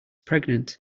pregnant